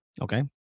Okay